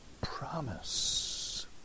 promise